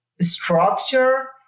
structure